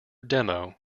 demo